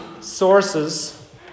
sources